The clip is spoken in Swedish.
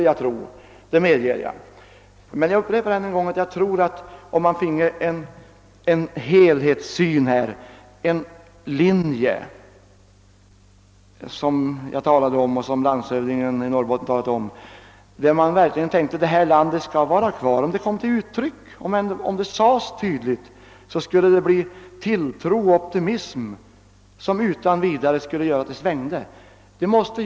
Jag upprepar, och detta har också framhållits av landshövdingen i Norrbotten, att ett klart uttryck för en helhetssyn, som går ut på att den här delen av landet skall vara kvar, kunde skapa en tilltro och en optimism som utan vidare skulle kunna medföra att utvecklingen vände till det bättre.